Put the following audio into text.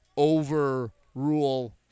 overrule